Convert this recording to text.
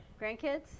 Grandkids